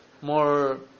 more